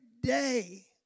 day